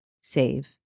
save